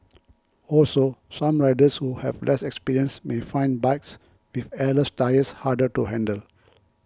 also some riders who have less experience may find bikes with airless tyres harder to handle